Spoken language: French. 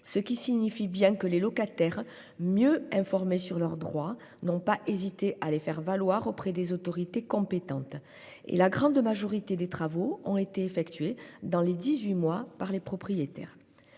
ce qui signifie bien que les locataires, mieux informés sur leurs droits, n'ont pas hésité à les faire valoir auprès des autorités compétentes. La grande majorité des travaux ont été effectués dans les dix-huit mois par les propriétaires.